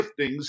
giftings